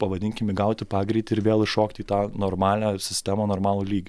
pavadinkime įgauti pagreitį ir vėl įšokti į tą normalią sistemą normalų lygį